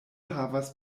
havas